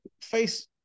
face